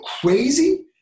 crazy